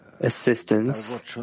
Assistance